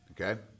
okay